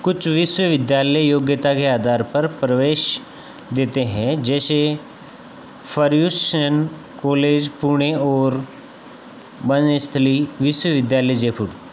कुछ विश्वविद्यालय योग्यता के आधार पर प्रवेश देते हैं जैसे फर्ग्यूसन कॉलेज पुणे और बनस्थली विश्वविद्यालय जयपुर